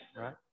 right